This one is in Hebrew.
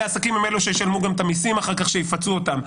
עסקים הם אלו שישלמו גם את המיסים אחר כך שיפצו אותם.